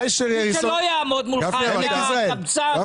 מי שלא יעמוד מולך זה הקבצן.